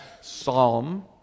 Psalm